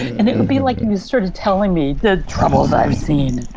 and it would be like he was sort of telling me the troubles i've seen